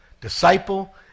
Disciple